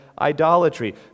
idolatry